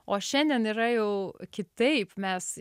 o šiandien yra jau kitaip mes